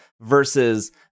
versus